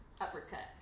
uppercut